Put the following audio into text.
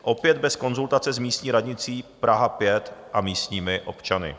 Opět bez konzultace s místní radnicí Praha 5 a místními občany.